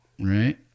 right